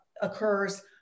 occurs